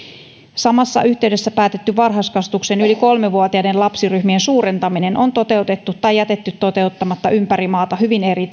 samassa yhteydessä päätetty varhaiskasvatuksen yli kolmevuotiaiden lapsiryhmien suurentaminen on toteutettu tai jätetty toteuttamatta ympäri maata hyvin eri